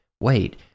wait